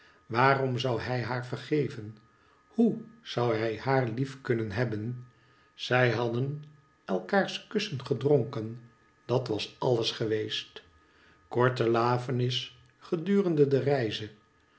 waarom zou hij haar vergeven hoe zou hij haar lief kunnen hebben zij hadden elkaars kussen gedronken dat was alles geweest korte lafenis gedurende de reize